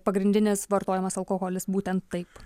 pagrindinis vartojamas alkoholis būtent taip